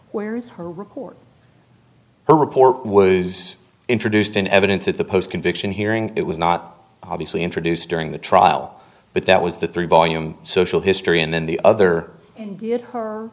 where is her record her report was introduced in evidence at the post conviction hearing it was not obviously introduced during the trial but that was the three volume social history and then the other and he h